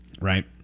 Right